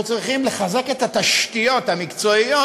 אנחנו צריכים לחזק את התשתיות המקצועיות